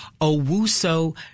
Owuso